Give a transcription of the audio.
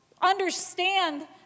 understand